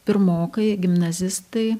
pirmokai gimnazistai